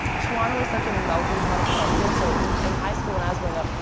toronto is such a melting pot of culture, so and in high school when i was growing up,